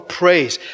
praise